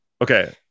Okay